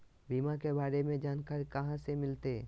बीमा के बारे में जानकारी कहा से मिलते?